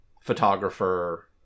photographer